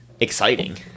Exciting